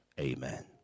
Amen